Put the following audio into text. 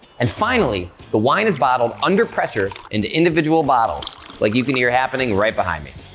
and finally, the wine is bottled under pressure into individual bottles like you can hear happening right behind me.